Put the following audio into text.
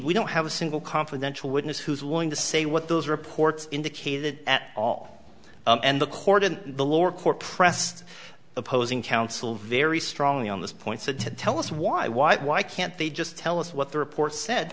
we don't have a single confidential witness who's willing to say what those reports indicated at all and the court in the lower court pressed opposing counsel very strongly on this point said to tell us why why why can't they just tell us what the report said